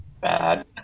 bad